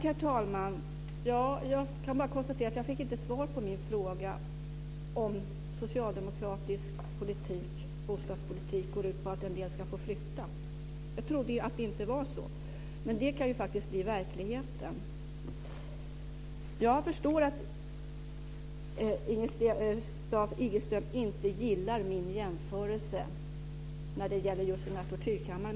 Herr talman! Jag kan bara konstatera att jag inte fick svar på min fråga om socialdemokratisk bostadspolitik går ut på att en del måste flytta. Jag trodde inte att det var så. Men det kan faktiskt bli verklighet. Jag förstår att Lisbeth Staaf-Igelström inte gillade min jämförelse när det gäller tortyrkammaren.